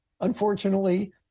Unfortunately